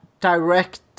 direct